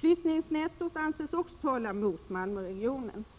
Flyttningsnettot anses också tala mot Malmöregionen.